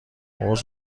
حوض